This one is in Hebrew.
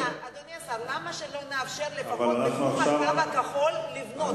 למה שלא נאפשר לפחות בתחום "הקו הכחול" לבנות?